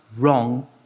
wrong